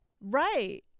Right